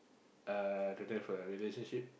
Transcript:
uh don't have a relationship